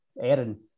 Erin